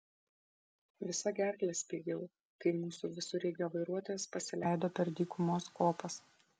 visa gerkle spiegiau kai mūsų visureigio vairuotojas pasileido per dykumos kopas